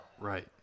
Right